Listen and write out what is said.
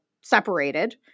separated